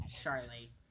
Charlie